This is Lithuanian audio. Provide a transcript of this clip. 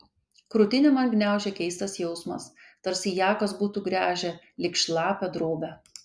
krūtinę man gniaužė keistas jausmas tarsi ją kas būtų gręžę lyg šlapią drobę